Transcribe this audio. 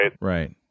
Right